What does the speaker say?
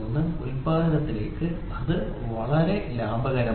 പാത ഉൽപാദിപ്പിക്കുന്നതിന് ഇത് വളരെ ലാഭകരമാണ്